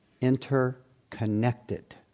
interconnected